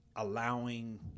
allowing